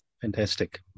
Fantastic